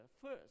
first